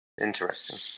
Interesting